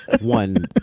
one